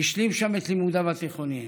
והשלים שם את לימודיו התיכוניים.